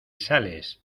sales